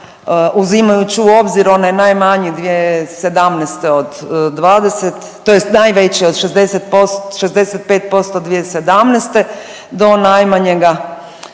uzimajuć u obzir one najmanji 2017. od 20 tj. najveći od 65% 2017. do najmanjega